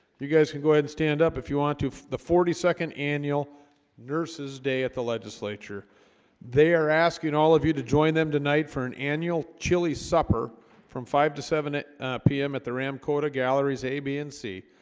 you guys can go ahead and stand up if you want to the forty second annual nurses day at the legislature they are asking all of you to join them tonight for an annual chili supper from five to seven p m. at the ram cota galleries a b. and c.